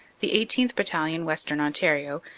the eighteenth. battalion, western ontario,